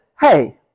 hey